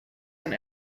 and